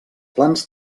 plans